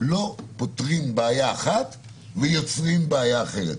לא פותרים בעיה אחת ויוצרים בעיה אחרת.